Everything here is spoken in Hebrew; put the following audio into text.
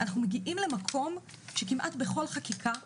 אנחנו מגיעים למקום שכמעט בכל חקיקה שנעשה,